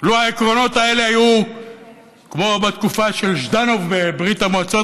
לו העקרונות האלה היו כמו בתקופה של ז'דנוב בברית המועצות,